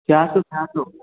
चार सौ सात सौ